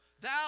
Thou